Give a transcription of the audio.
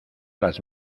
las